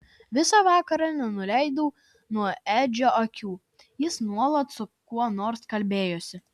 visą vakarą nenuleidau nuo edžio akių jis nuolat su kuo nors kalbėjosi